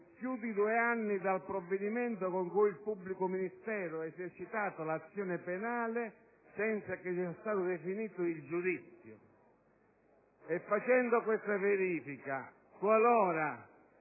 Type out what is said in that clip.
più di due anni dal provvedimento con cui il pubblico ministero ha esercitato l'azione penale senza che sia stato definito il giudizio. Facendo questa verifica, qualora